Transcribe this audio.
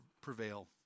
prevail